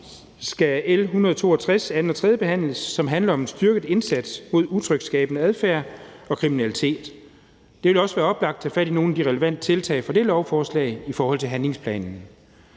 og det er et lovforslag, der handler om en styrket indsats mod utryghedsskabende adfærd og kriminalitet. Det vil også være oplagt at tage fat i nogle af de relevante tiltag fra det lovforslag i forhold til handlingsplanen.